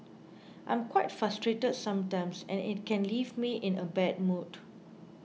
I am quite frustrated sometimes and it can leave me in a bad mood